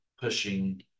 pushing